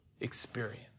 experience